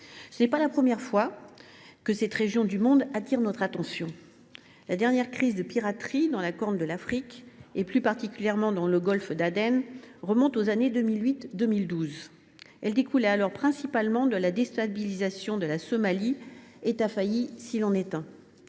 Ce n’est pas la première fois que cette région du monde attire notre attention. La dernière crise de piraterie dans la Corne de l’Afrique, et plus particulièrement dans le golfe d’Aden, remonte aux années 2008 à 2012. Elle découlait principalement de la déstabilisation de la Somalie, État failli s’il en est.